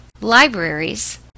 libraries